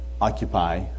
Occupy